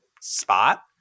spot